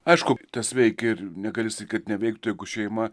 aišku tas veikia ir negali sakyt neveiktų jeigu šeima